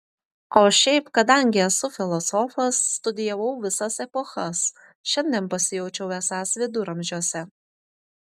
o šiaip kadangi esu filosofas studijavau visas epochas šiandien pasijaučiau esąs viduramžiuose